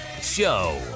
show